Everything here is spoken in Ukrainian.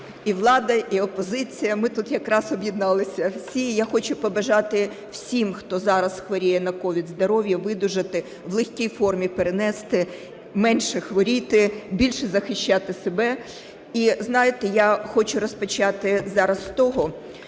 і влада і опозиція ми тут якраз об'єдналися всі. Я хочу побажати всім, хто зараз хворіє на COVID, здоров'я, видужати, в легкій формі перенести, менше хворіти, більше захищати себе. І знаєте, я хочу розпочати зараз з того,